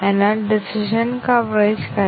അതിനാൽ ഇത് ദുർബലവും പ്രശംസനീയവുമായ ഒരു ആശയമാണ്